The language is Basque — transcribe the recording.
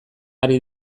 ari